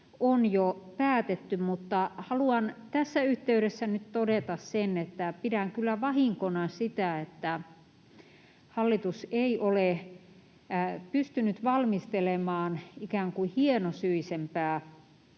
on jo päätetty, mutta haluan tässä yhteydessä nyt todeta sen, että pidän kyllä vahinkona sitä, että hallitus ei ole pystynyt valmistelemaan ikään kuin hienosyisempää